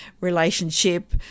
relationship